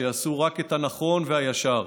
שיעשו רק את הנכון והישר.